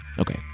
Okay